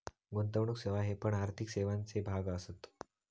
गुंतवणुक सेवा हे पण आर्थिक सेवांचे भाग असत